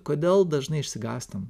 kodėl dažnai išsigąstam